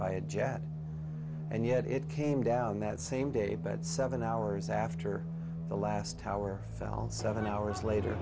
by a jet and yet it came down that same day but seven hours after the last tower fell seven hours later